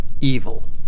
Evil